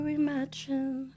imagine